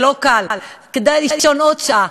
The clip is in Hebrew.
זה לא קל, כדאי לישון עוד שעה.